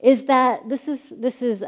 is that this is this is